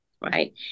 right